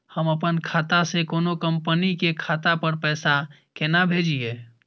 हम अपन खाता से कोनो कंपनी के खाता पर पैसा केना भेजिए?